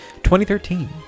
2013